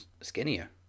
skinnier